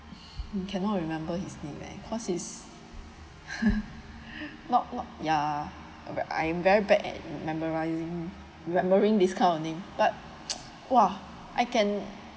I cannot remember his name cause it not not ya okay I'm very bad at memorising this kind of thing but !wah! I can